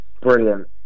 Brilliant